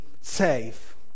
safe